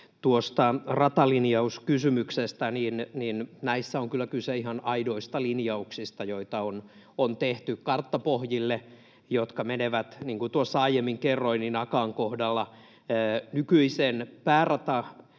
tuosta ratalinjauskysymyksestä: Näissä on kyllä kyse ihan aidoista linjauksista, joita on tehty karttapohjille ja joita menee, niin kuin tuossa aiemmin kerroin, Akaan kohdalla nykyisen pääradan